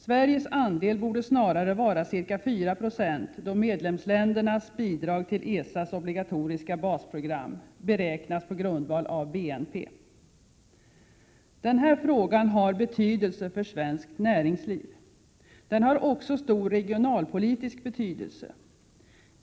Sveriges andel borde snarare vara ca 4 96, då medlemsländernas bidrag till ESA:s obligatoriska basprogram beräknas på grundval av BNP. Den här frågan har betydelse för svenskt näringsliv. Den har också stor regionalpolitisk betydelse.